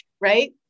right